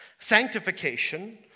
Sanctification